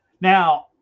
Now